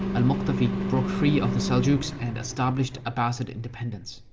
al-muktafi broke free of the seljuqs and established abbasid independence.